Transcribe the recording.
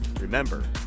Remember